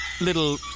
little